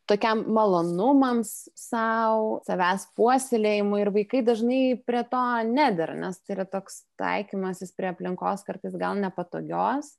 tokiam malonumams sau savęs puoselėjimui ir vaikai dažnai prie to nedera nes tai yra toks taikymasis prie aplinkos kartais gal nepatogios